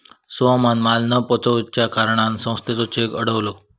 सोहमान माल न पोचवच्या कारणान संस्थेचो चेक अडवलो